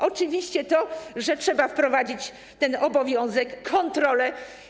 Oczywiście to, że trzeba wprowadzić ten obowiązek, kontrolę.